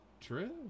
True